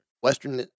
Western